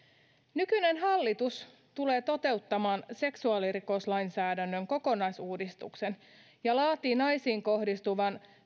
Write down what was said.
nykyinen hallitus tulee toteuttamaan seksuaalirikoslainsäädännön kokonaisuudistuksen ja laatii naisiin kohdistuvan